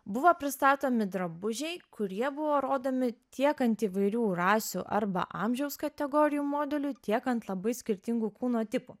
buvo pristatomi drabužiai kurie buvo rodomi tiek ant įvairių rasių arba amžiaus kategorijų modelių tiek ant labai skirtingų kūno tipų